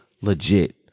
legit